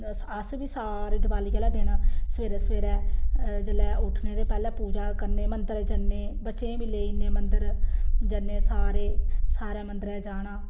अस बी सारे दिवाली आह्ले दिन सवेरै सवेरै जेल्लै उट्ठने ते पैह्ले पूजा करने मन्दर जन्नें बच्चें गी बी लेई जन्नें मन्दर जन्नें सारे सारें मन्दरें जाना